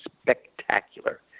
spectacular